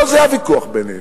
לא זה הוויכוח בינינו.